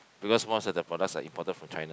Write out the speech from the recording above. because most of the products are imported from China